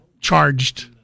charged